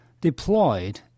deployed